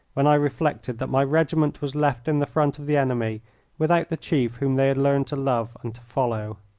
when i reflected that my regiment was left in the front of the enemy without the chief whom they had learned to love and to follow.